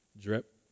drip